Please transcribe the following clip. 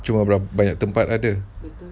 murah banyak tempat ada